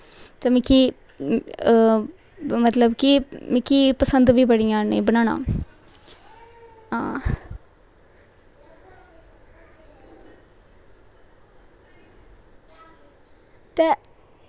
ते मिगी मतलब कि मिगी पसंद बी बड़ियां न बनाना हां ते